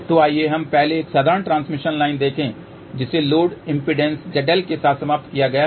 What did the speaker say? तो आइए हम पहले एक साधारण ट्रांसमिशन लाइन देखें जिसे लोड इम्पीडेन्स ZL के साथ समाप्त किया गया है